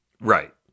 Right